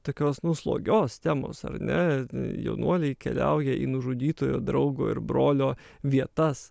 tokios slogios temos ar ne jaunuoliai keliauja į nužudytojo draugo ir brolio vietas